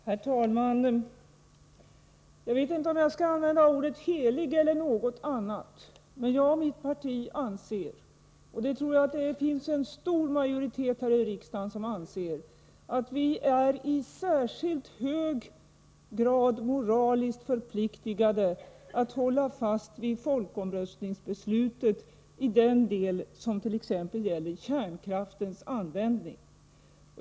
Herr talman! Jag vet inte om jag skall använda ordet helig eller något annat ord, men jag och mitt parti anser — och det tror jag att en stor majoritet gör — att vi är i särskilt hög grad moraliskt förpliktade att hålla fast vid folkomröstningsbeslutet i den del som gäller kärnkraftens användning.